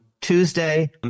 Tuesday